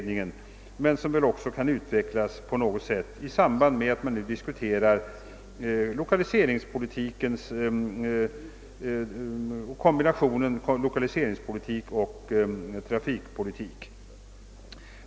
Detta extra skatteutjämningsbidrag kan säkerligen utvecklas på något sätt i samband med att man nu diskuterar kombinationen lokaliseringspolitik—trafikpolitik.